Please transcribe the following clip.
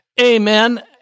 Amen